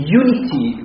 unity